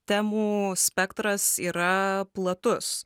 temų spektras yra platus